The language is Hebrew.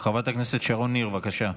חברת הכנסת שרון ניר, בבקשה.